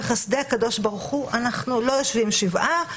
בחסדי הקדוש ברוך אנחנו לא יושבים שבעה,